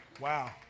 Wow